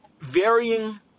varying